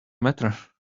matter